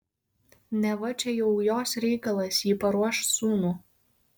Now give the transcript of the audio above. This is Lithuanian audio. neva čia jau jos reikalas ji paruoš sūnų